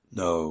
no